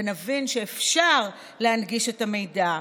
ונבין שאפשר להנגיש את המידע,